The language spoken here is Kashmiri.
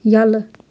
ییٚلہٕ